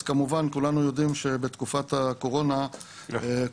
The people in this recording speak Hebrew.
אז כמובן כולנו יודעים שבתקופת הקורונה כולנו